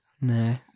No